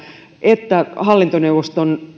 että hallintoneuvoston